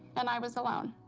and i was alone